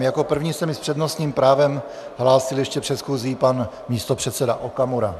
Jako první se mi s přednostním právem hlásil ještě před schůzí pan místopředseda Okamura.